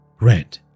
Red